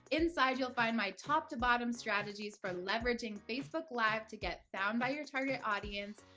inside you'll find my top to bottom strategies for leveraging facebook live to get found by your target audience,